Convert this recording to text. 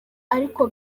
ariko